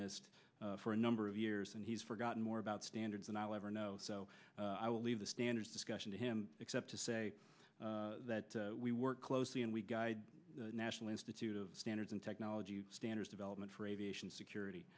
nist for a number of years and he's forgotten more about standards and i'll ever know so i will leave the standards discussion to him except to say that we work closely and we guide the national institute of standards and technology standards development for aviation security